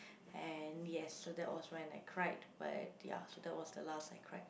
and yes so that was when I cried but ya so that was the last I cried